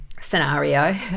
scenario